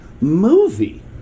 movie